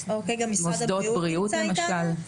מוסדות בריאות למשל.